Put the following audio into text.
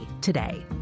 today